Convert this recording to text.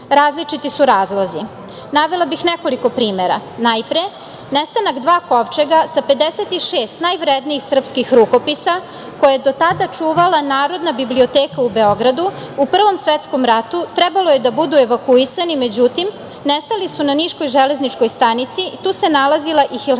Različiti su razlozi. Navela bih nekoliko primera. Najpre, nestanak dva kovčega sa 56 najvrednijih srpskih rukopisa koje je do tada čuvala Narodna biblioteka u Beogradu. U Prvom svetskom ratu trebalo je da budu evakuisani, međutim nestali su na niškoj železničkoj stanici. Tu se nalazila i Hilandarska